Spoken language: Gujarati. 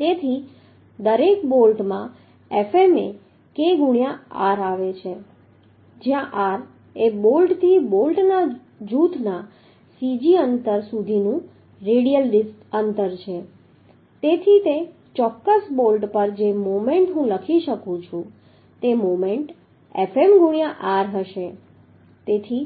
તેથી દરેક બોલ્ટમાં Fm એ k ગુણ્યાં r આવે છે જ્યાં r એ બોલ્ટથી બોલ્ટ જૂથના cg અંતર સુધીનું રેડિયલ અંતર છે તેથી તે ચોક્કસ બોલ્ટ પર જે મોમેન્ટ હું લખી શકું છું તે મોમેન્ટ Fm ગુણ્યાં r હશે તેથી